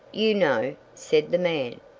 you know, said the man.